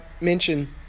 mention